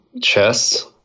chess